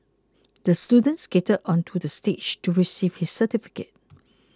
the student skated onto the stage to receive his certificate